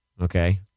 Okay